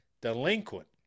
delinquent